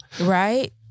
Right